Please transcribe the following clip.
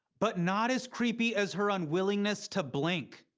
but not as creepy as her unwillingness to blink.